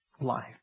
life